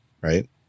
Right